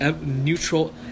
neutral